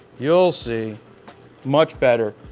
you'll see much better.